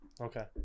Okay